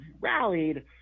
rallied